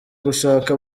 gushaka